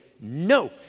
no